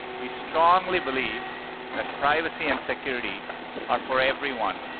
we strongly believe that privacy and security are for everyone,